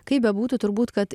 kaip bebūtų turbūt kad